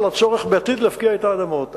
הוא הצורך בעתיד להפקיע את האדמות.